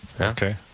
Okay